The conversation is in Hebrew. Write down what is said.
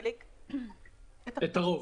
את הרוב.